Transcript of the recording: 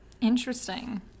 Interesting